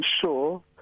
sure